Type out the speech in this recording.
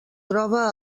troba